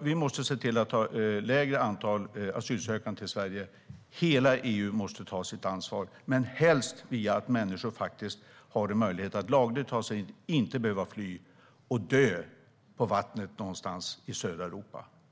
Vi måste se till att ha lägre antal asylsökande till Sverige. Hela EU måste ta sitt ansvar, men helst via att människor har en möjlighet att lagligt ta sig hit. De ska inte behöva fly och dö på vattnet någonstans i södra Europa.